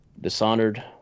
Dishonored